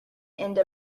end